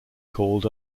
called